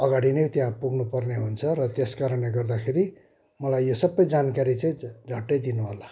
अघाडि नै त्यहाँ पुग्नु पर्ने हुन्छ र त्यस कारणले गर्दाखेरि मलाई यो सबै जानकारी चाहिँ झट्टै दिनुहोला